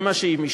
זה מה שמשנה?